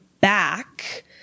back